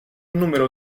numero